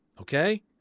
Okay